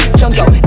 jungle